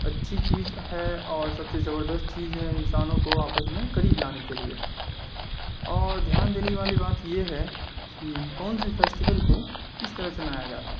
اچھی چیز ہے اور سب سے زبردست چیز ہے انسانوں کو آپس میں قریب لانے کے لیے اور دھیان دینے والی بات یہ ہے کہ کون سے فیسٹول کو کس طرح سے منایا جاتا ہے